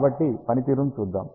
కాబట్టి పనితీరును చూద్దాం